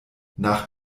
nach